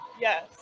yes